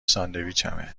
ساندویچمه